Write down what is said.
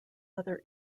other